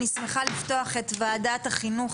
אני שמחה לפתוח את ועדת החינוך,